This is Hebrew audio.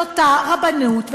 של אותה רבנות,